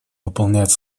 выполнять